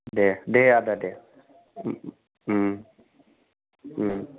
देह देह आदा देह